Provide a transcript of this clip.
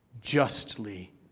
justly